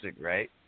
right